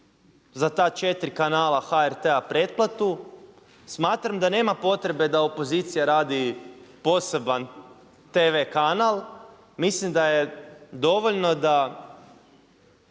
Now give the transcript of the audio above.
za ta četiri kanala HRT-a pretplatu smatram da nema potrebe da opozicija radi poseban tv kanala. Mislim da je dovoljno da